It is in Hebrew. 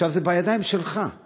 עכשיו, זה בידיים שלך;